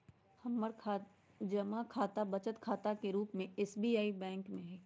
हमर जमा खता बचत खता के रूप में एस.बी.आई बैंक में हइ